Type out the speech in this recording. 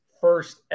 first